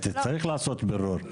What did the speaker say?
אחרת, צריך לעשות בירור.